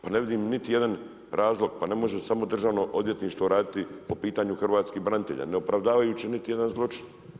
Pa ne vidim niti jedan razlog, pa ne može samo Državno odvjetništvo raditi po pitanju hrvatskih branitelja, ne opravdavajući niti jedan zločin.